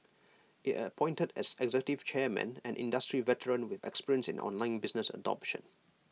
IT appointed as executive chairman an industry veteran with experience in online business adoption